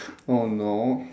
oh no